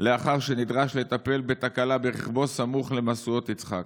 לאחר שנדרש לטפל בתקלה ברכבו סמוך למשואות יצחק.